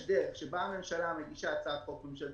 יש דרך שבה הממשלה מגישה הצעת חוק ממשלתית,